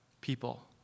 people